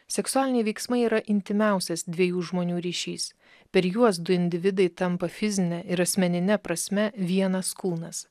seksualiniai veiksmai yra intymiausias dviejų žmonių ryšys per juos du individai tampa fizine ir asmenine prasme vienas kūnas